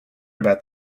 about